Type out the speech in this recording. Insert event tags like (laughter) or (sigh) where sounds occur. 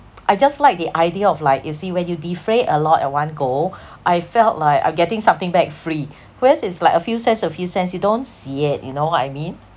(noise) I just like the idea of like you see when you defray a lot at one go I felt like I'm getting something back free whereas if like a few cents a few cents you don't see it you know what I mean